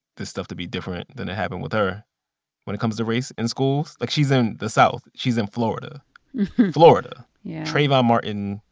this stuff to be different than it happened with her when it comes to race in schools. like, she's in the south. she's in florida florida yeah trayvon martin,